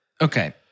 okay